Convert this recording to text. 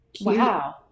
Wow